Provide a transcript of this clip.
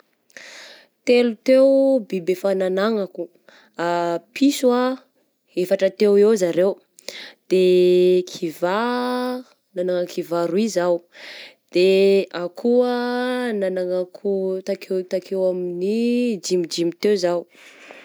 Telo teo biby efa nagnanako, piso ah efatra teo ho eo zareo, de kivà nagnana kivà roy izaho, de akoho ah, nagnana akoho takeo takeo amin'ny dimy dimy teo zao.